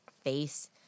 face